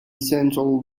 central